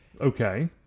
Okay